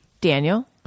daniel